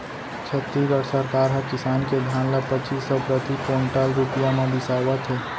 छत्तीसगढ़ सरकार ह किसान के धान ल पचीस सव प्रति कोंटल रूपिया म बिसावत हे